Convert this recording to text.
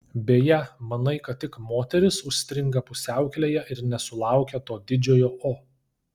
beje manai kad tik moterys užstringa pusiaukelėje ir nesulaukia to didžiojo o